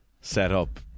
setup